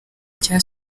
cya